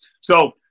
So-